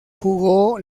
jugó